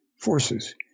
forces